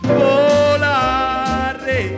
volare